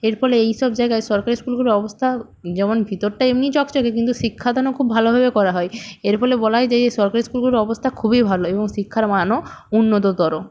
এর ফলে এইসব জাগায় সরকারি স্কুলগুলোর অবস্থা যেমন ভিতরটা এমনি চকচকে কিন্তু শিক্ষায়তনও খুব ভালোভাবে করা হয় এর ফলে বলা হয় যে এই সরকারি স্কুলগুলোর অবস্থা খুবই ভালো এবং শিক্ষার মানও উন্নততর